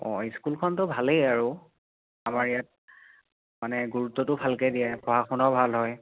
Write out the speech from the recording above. অঁ স্কুলখনতো ভালেই আৰু আমাৰ ইয়াত মানে গুৰুত্বটো ভালকৈ দিয়ে পঢ়া শুনাও ভাল হয়